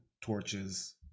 torches